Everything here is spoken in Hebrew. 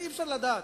אי-אפשר לדעת,